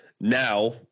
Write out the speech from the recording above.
Now